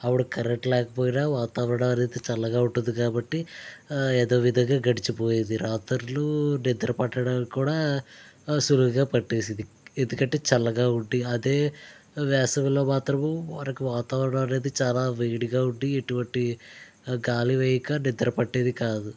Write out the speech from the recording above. అప్పుడు కరెంట్ లేకపోయినా వాతావరణం అనేది చల్లగా ఉంటుంది కాబట్టి ఏదో విధంగా గడచిపోయేది రాతుళ్ళు నిద్ర పట్టడానికి కూడా సులువుగా పట్టేది ఎందుకంటే చల్లగా ఉంది అదే వేసవిలో మాత్రము మనకు వాతావరణం చాల వేడిగా ఉండి ఎటువంటి గాలి వేయక నిద్ర పట్టేది కాదు